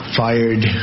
fired